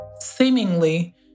seemingly